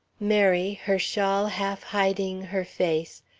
mary, her shawl half hiding her face,